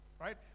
Right